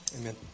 Amen